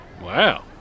Wow